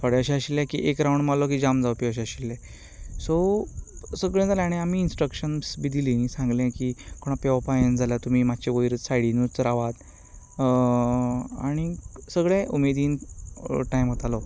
थोडे अशे आशिल्ले की एक रावंड मारलो की जाम जावपी अशे आशिल्ले सो सगलें जालें आनी आमी इंन्स्ट्रक्षन बी दिलीं आनी सांगलें की कोणाक पेंवपाक येना जाल्यार तुमी मातशे वयर सायडीन रावात आनी सगले उमेदीन टायम वतालो